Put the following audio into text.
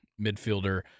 midfielder